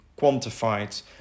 quantified